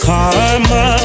Karma